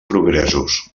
progressos